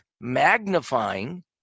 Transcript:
magnifying